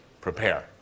prepare